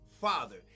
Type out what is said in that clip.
father